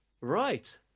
right